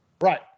Right